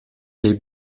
les